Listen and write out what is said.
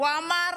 הוא אמר: